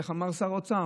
איך אמר שר האוצר?